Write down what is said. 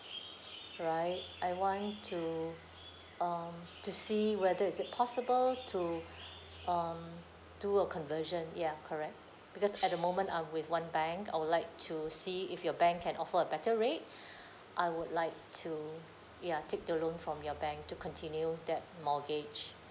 right I want to um to see whether is it possible to um do a conversion ya correct because at the moment I'm with one bank I would like to see if your bank can offer a better rate I would like to ya take the loan from your bank to continue that mortgage